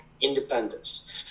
independence